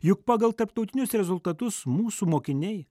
juk pagal tarptautinius rezultatus mūsų mokiniai